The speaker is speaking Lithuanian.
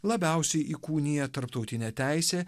labiausiai įkūnija tarptautinė teisė